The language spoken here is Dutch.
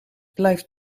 blijft